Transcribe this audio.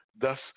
Thus